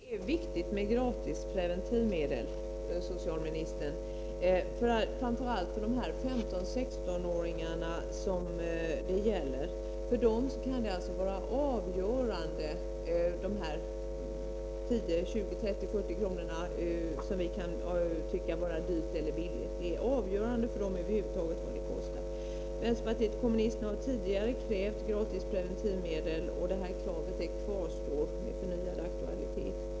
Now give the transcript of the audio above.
Herr talman! Det är viktigt med gratis preventivmedel, socialministern, framför allt för de 15-16-åringar som det gäller. De 1040 kr. som vi kanske kan se som en liten kostnad kan för dem vara avgörande. Vänsterpartiet kommunisterna har tidigare krävt gratis preventivmedel, och det kravet står kvar med förnyad aktualitet.